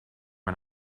and